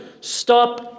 stop